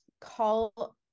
call